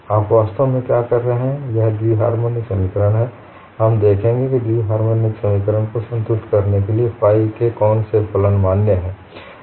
आप वास्तव में क्या कर रहे हैं यह द्वि हार्मोनिक समीकरण है हम देखेंगे कि द्वि हार्मोनिक समीकरण को संतुष्ट करने के लिए फाइ के कौन से फलन मान्य हैं